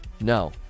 No